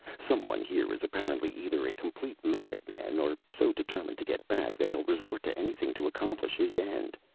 someone here is apparently either a complete madman or so determined to get back that he'll resort to anything to accomplish his end.